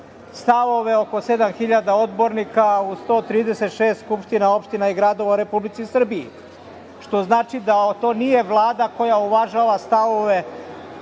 stavove oko sedam hiljada odbornika u 136 skupština opština gradova u Republici Srbiji. Što znači da to nije Vlada koja uvažava stavove